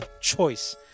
choice